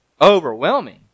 overwhelming